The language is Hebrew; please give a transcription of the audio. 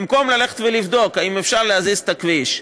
במקום ללכת ולבדוק אם אפשר להזיז את הכביש,